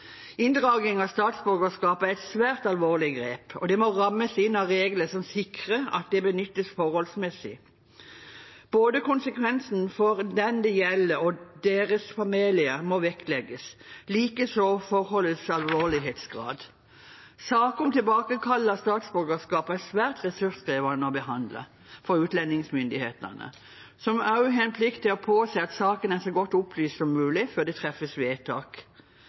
Inndraging av statsborgerskap er et svært alvorlig grep, og det må rammes inn av regler som sikrer at det benyttes forholdsmessig. Konsekvensene for både den det gjelder, og dennes familie må vektlegges – likeså forholdets alvorlighetsgrad. Saker om tilbakekall av statsborgerskap er svært ressurskrevende å behandle for utlendingsmyndighetene, som også har en plikt til å påse at saken er så godt opplyst som mulig før det treffes vedtak.